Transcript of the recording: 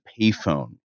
payphone